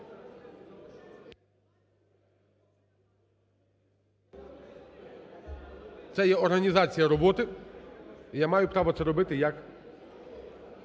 Це є організація роботи і я маю право це робити як